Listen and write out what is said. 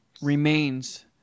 remains